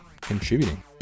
contributing